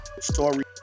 story